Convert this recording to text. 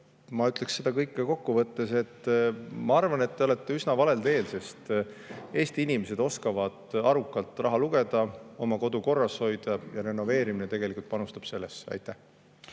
ma ütleksin seda kõike kokku võttes, et ma arvan, et te olete üsna valel teel, sest Eesti inimesed oskavad arukalt raha lugeda, oma kodu korras hoida ja renoveerimine tegelikult panustab sellesse. Aitäh!